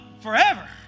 forever